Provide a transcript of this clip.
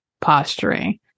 posturing